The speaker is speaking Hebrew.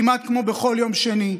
כמעט כמו בכל יום שני,